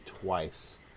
twice